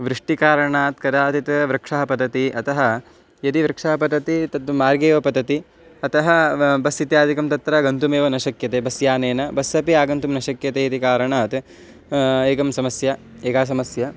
वृष्टिकारणात् कदाचित् वृक्षः पतति अतः यदि वृक्षः पतति तद् मार्गे एव पतति अतः बस् इत्यादिकं तत्र गन्तुमेव न शक्यते बस् यानेन बस् अपि आगन्तुं न शक्यते इति कारणात् एका समस्या एका समस्या